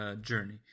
journey